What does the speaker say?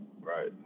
right